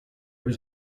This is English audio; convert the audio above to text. was